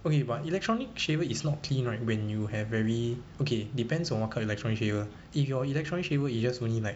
okay but electronic shaver is not clean right when you have very okay depends on what kind of electronic shaver if your electronics shaver is just only like